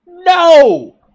No